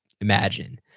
imagine